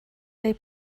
they